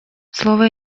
слово